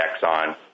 Exxon